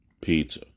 Pizza